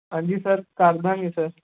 ਹਾਂਜੀ ਸਰ ਕਰ ਦਾਂਗੇ ਸਰ